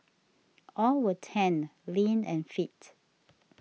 all were tanned lean and fit